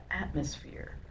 atmosphere